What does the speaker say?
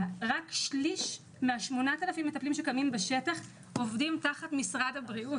רק שליש מ-8,000 המטפלים שקיימים בשטח עובדים תחת משרד הבריאות.